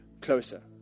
closer